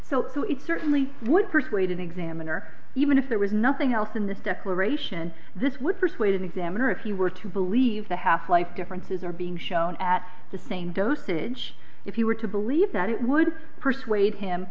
so so it certainly would persuade an examiner even if there was nothing else in this declaration this would persuade an examiner if you were to believe the half life differences are being shown at the same dosage if you were to believe that it would persuade him